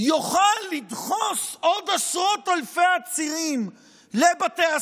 יוכל לדחוס עוד עשרות אלפי עצירים לבתי הסוהר.